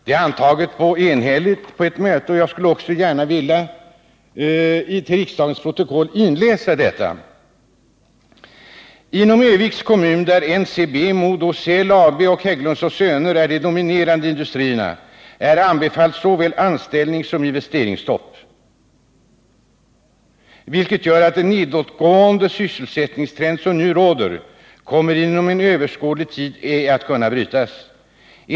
Det är enhälligt antaget på ett möte, och jag skulle också gärna vilja till riksdagens protokoll läsa in detta uttalande: ”Inom Ö-viks kommun där NCB, MoDoCell AB och Hägglunds & Söner är de dominerande industrierna är anbefallt såväl anställningssom investeringsstopp, vilket gör att den nedåtgående sysselsättningstrend som nu råder, kommer inom överskådlig tid ej att kunna brytas.